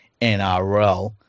NRL